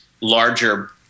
larger